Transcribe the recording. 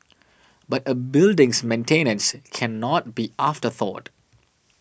but a building's maintenance cannot be afterthought